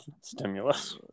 stimulus